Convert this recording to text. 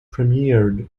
premiered